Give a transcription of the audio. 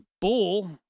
bull